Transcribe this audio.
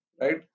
Right